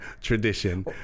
tradition